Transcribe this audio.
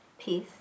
peace